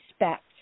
respect